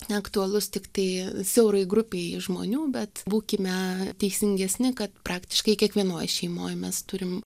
na aktualus tik tai siaurai grupei žmonių bet būkime teisingesni kad praktiškai kiekvienoj šeimoj mes turim